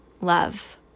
love